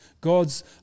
God's